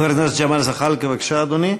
חבר הכנסת ג'מאל זחאלקה, בבקשה, אדוני.